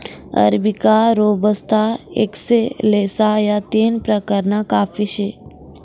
arabica, robusta, excelsa या तीन प्रकारना काफी से